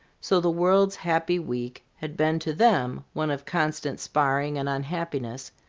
so the world's happy week had been to them one of constant sparring and unhappiness,